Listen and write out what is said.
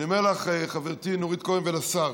אני אומר לך, חברתי נורית קורן, ולשר,